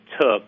took